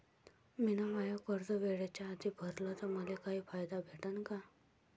मिन माय कर्ज वेळेच्या आधी भरल तर मले काही फायदा भेटन का?